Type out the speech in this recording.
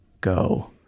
go